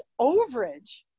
overage